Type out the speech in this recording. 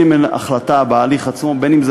בין אם הן החלטה בהליך עצמו בין אם זה